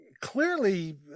clearly